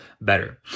better